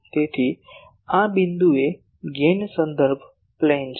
તેથી આ આ બિંદુએ આ ગેઇન સંદર્ભ પ્લેન છે